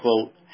quote